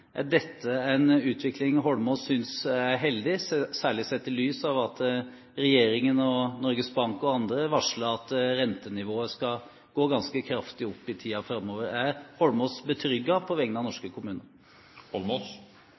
Er dette en utvikling Holmås synes er heldig – særlig sett i lys av at regjeringen og Norges Bank og andre varsler at rentenivået skal gå ganske kraftig opp i tiden framover. Er Holmås betrygget på vegne av norske